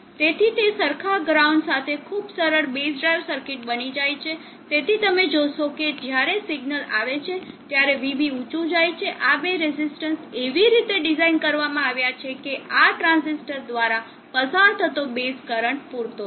તેથી તે સરખા ગ્રાઉન્ડ સાથે ખૂબ સરળ બેઝ ડ્રાઇવ સર્કિટ બની જાય છે તેથી તમે જોશો કે જ્યારે સિગ્નલ આવે છે ત્યારે Vb ઊચું જાય છે આ બે રેઝિસ્ટન્સ એવી રીતે ડિઝાઇન કરવામાં આવ્યા છે કે આ ટ્રાંઝિસ્ટર દ્વારા પસાર થતો બેઝ કરંટ પૂરતો છે